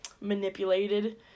manipulated